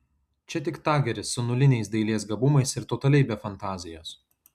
čia tik tageris su nuliniais dailės gabumais ir totaliai be fantazijos